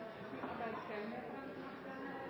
Ja, det er